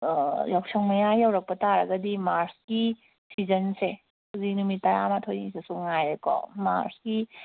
ꯌꯥꯎꯁꯪ ꯃꯌꯥ ꯌꯧꯔꯛꯄ ꯇꯥꯔꯒꯗꯤ ꯃꯥꯔꯁꯀꯤ ꯁꯤꯖꯟꯁꯦ ꯍꯧꯖꯤꯛ ꯅꯨꯃꯤꯠ ꯇꯔꯥ ꯃꯥꯊꯣꯏꯅꯤꯗꯁꯨ ꯉꯥꯏꯔꯦꯀꯣ ꯃꯥꯔꯁꯀꯤ